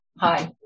Hi